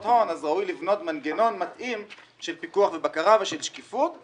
הון אז ראוי לבנות מנגנון מתאים של פיקוח ובקרה ושל שקיפות,